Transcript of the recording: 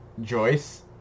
joyce